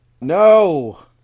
No